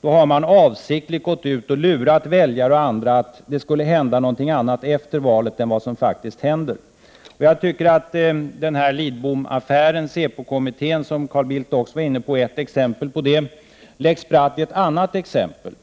Då har man avsiktligt gått ut och lurat väljare och andra, att det skulle hända någonting annat efter valet än vad som faktiskt händer. Jag tycker att Lidbomaffären, SÄPO-kommittén, som Carl Bildt också var inne på är ett exempel på detta. Lex Bratt är ett annat exempel.